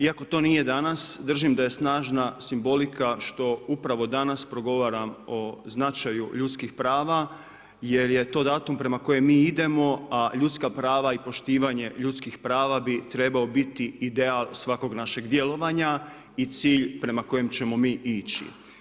Iako to nije danas, držim da je snažna simbolika što upravo danas progovaram o značaju ljudski prava jer je to datum prema kojem mi idemo a ljudska prava i poštovanje ljudskih prava bi trebao biti ideal svakog našeg djelovanja i cilj prema kojem ćemo mi ići.